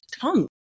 tongue